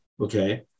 okay